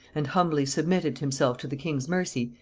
and humbly submitted himself to the king's mercy,